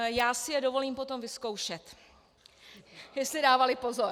Já si dovolím potom vyzkoušet, jestli dávali pozor.